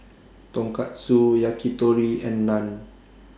Tonkatsu Yakitori and Naan